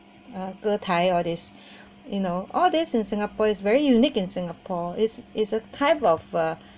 uh 歌台 all these you know all this in singapore is very unique in singapore is is a type of uh